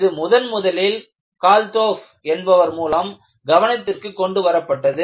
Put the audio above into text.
இது முதன் முதலில் கால் தொப் என்பவர் மூலம் கவனத்திற்கு கொண்டுவரப்பட்டது